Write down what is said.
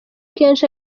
kenshi